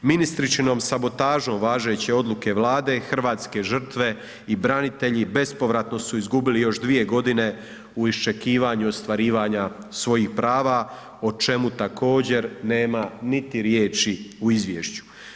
Ministričinom sabotažom važeće odluke Vlade hrvatske žrtve i branitelji bespovratno su izgubili još dvije godine u iščekivanju ostvarivanja svojih prava o čemu također nema niti riječi u izvješću.